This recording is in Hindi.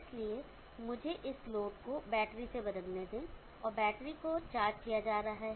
इसलिए मुझे इस लोड को बैटरी से बदलने दें और बैटरी को चार्ज किया जा रहा है